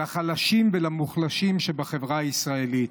לחלשים ולמוחלשים שבחברה הישראלית.